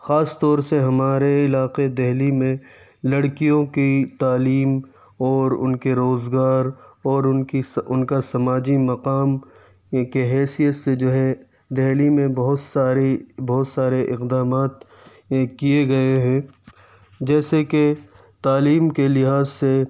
خاص طور سے ہمارے علاقے دہلی میں لڑکیوں کی تعلیم اور ان کے روزگار اور ان کی ان کا سماجی مقام کے حیثیت سے جو ہے دہلی میں بہت ساری بہت سارے اقدامات کئے گئے ہیں جیسے کہ تعلیم کے لحاظ سے